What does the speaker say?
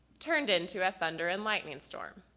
turned in to a thunder and lightning storm.